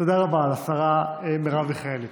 תודה רבה לשרה מרב מיכאלי.